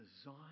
design